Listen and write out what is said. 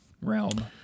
realm